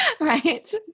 Right